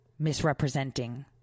misrepresenting